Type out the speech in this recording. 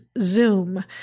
Zoom